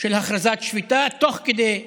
של הכרזת שביתה, תוך כדי היממה,